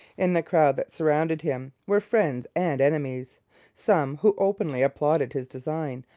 in the crowd that surrounded him were friends and enemies some who openly applauded his design,